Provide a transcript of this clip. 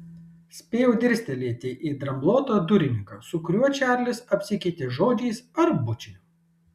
spėjau dirstelėti į dramblotą durininką su kuriuo čarlis apsikeitė žodžiais ar bučiniu